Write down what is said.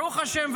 ברוך השם,